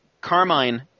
Carmine